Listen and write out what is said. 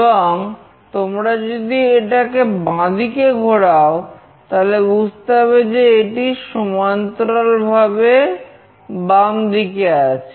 এবং তুমি যদি এটাকে বাঁ দিকে ঘোরাও তাহলে বুঝতে হবে যে এটি সমান্তরালভাবে বামদিকে আছে